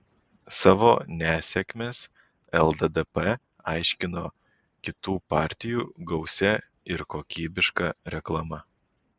savo nesėkmes lddp aiškino kitų partijų gausia ir kokybiška reklama